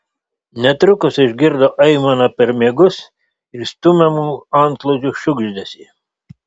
netrukus išgirdo aimaną per miegus ir stumiamų antklodžių šiugždesį